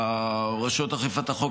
רשויות אכיפת החוק,